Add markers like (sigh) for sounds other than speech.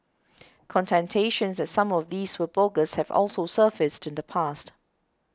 (unintelligible) that some of these were bogus have also surfaced in the past